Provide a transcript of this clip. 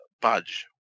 budge